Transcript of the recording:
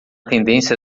tendência